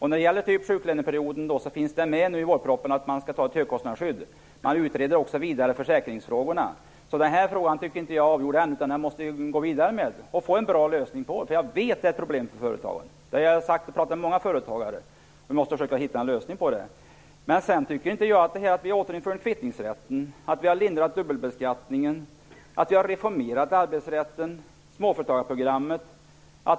I vårpropositionen finns det ett förslag om högkostnadsskydd i fråga om sjuklöneperioden. Försäkringsfrågorna utreds vidare. Vi måste gå vidare med denna fråga och få en bra lösning på den. Jag vet att detta är ett problem för företagen. Jag har sagt till många företagare att vi måste hitta en lösning. Vi har återinfört kvittningsrätten, lindrat dubbelbeskattningen, reformerat arbetsrätten och småföretagarprogrammet.